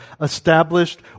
established